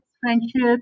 friendships